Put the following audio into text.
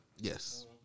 Yes